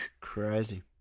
Crazy